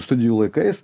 studijų laikais